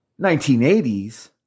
1980s